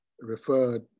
referred